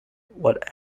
what